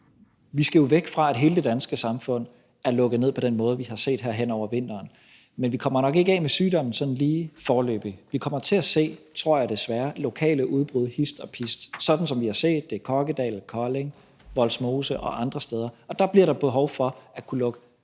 Vi skal jo væk fra, at hele det danske samfund er lukket ned på den måde, vi har set her hen over vinteren, men vi kommer nok ikke af med sygdommen sådan lige foreløbig. Vi kommer til at se, tror jeg desværre, lokale udbrud hist og pist, sådan som vi har set det i Kokkedal, Kolding, Vollsmose og andre steder, og der bliver behov for at kunne lukke